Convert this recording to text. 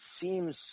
seems